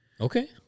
Okay